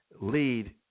lead